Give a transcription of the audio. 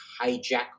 hijack